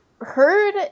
heard